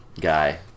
guy